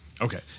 Okay